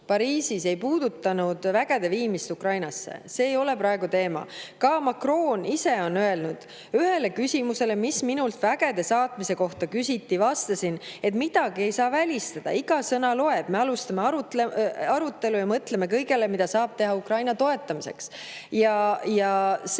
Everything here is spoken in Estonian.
Pariisis ei puudutanud vägede viimist Ukrainasse, see ei ole praegu teema. Ka Macron ise on öelnud: "Ühele küsimusele, mis minult vägede saatmise kohta küsiti, vastasin, et midagi ei saa välistada. Iga sõna loeb. Me alustame arutelu ja mõtleme kõigele, mida saab teha Ukraina toetamiseks." See,